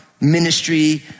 ministry